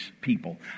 people